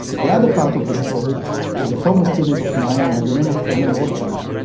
the other part of the story is a former student of mine by the name of carmel rotschild,